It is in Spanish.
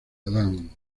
adán